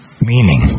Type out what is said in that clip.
Meaning